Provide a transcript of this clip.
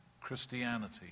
Christianity